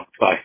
Bye